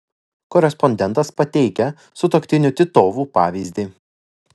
korespondentas pateikia sutuoktinių titovų pavyzdį